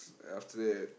after that